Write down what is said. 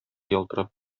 ялтырап